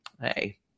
hey